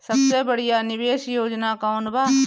सबसे बढ़िया निवेश योजना कौन बा?